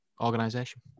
organization